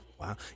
Wow